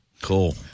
cool